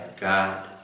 God